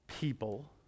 people